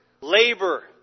labor